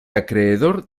acreedor